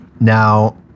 Now